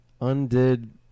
undid